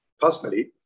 personally